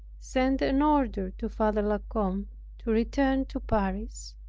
sent an order to father la combe to return to paris,